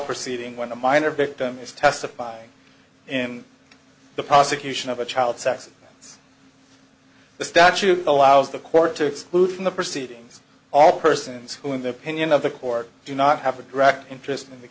proceeding when the minor victim is testifying in the prosecution of a child sex of the statute allows the court to exclude from the proceedings all persons who in the opinion of the court do not have a direct interest in th